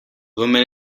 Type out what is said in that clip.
woman